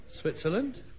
Switzerland